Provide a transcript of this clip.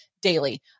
daily